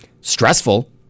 stressful